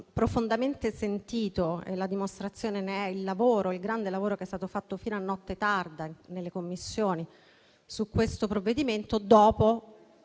profondamente sentito (ne è dimostrazione il grande lavoro che è stato fatto fino a notte tarda nelle Commissioni riunite su questo provvedimento) dopo